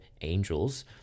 angels